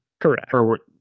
Correct